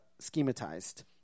schematized